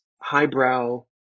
highbrow